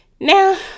Now